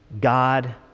God